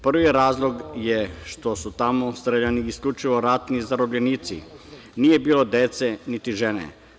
Prvi razlog je što su tamo streljani isključivo ratni zarobljenici, nije bilo dece niti žena.